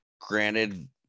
Granted